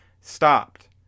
stopped